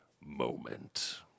Moment